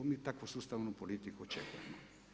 Mi takvu sustavnu politiku očekujemo.